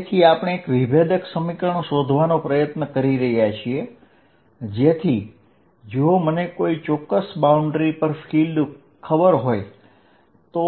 તેથી આપણે એક વિકલ સમીકરણ શોધવાનો પ્રયાસ કરી રહ્યા છીએ જેથી જો મને કોઈ ચોક્કસ બાઉન્ડ્રી પર ફીલ્ડ ખબર હોય તો